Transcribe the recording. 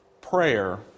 prayer